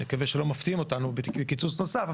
מקווה שלא מפתיעים אותנו בקיצוץ נוסף,